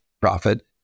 profit